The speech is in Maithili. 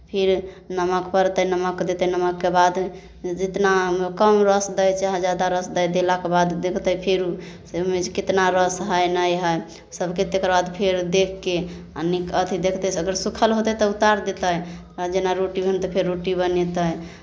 फेर नमक पड़तै नमक देतै नमकके बाद जितना कम रस दै चाहे ज्यादा रस दै देलाके बाद देखतै फेर से एहिमे कितना रस हइ नहि हइ सभके तकर बाद फेर देखि कऽ आ नि अथि देखतै अगर सूखल होतै तऽ उतारि देतै आ जेना रोटी भेल तऽ फेर रोटी बनेतै